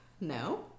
No